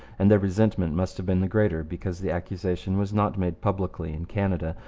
and their resentment must have been the greater because the accusation was not made publicly in canada,